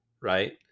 Right